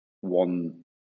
one